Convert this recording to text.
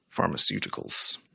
pharmaceuticals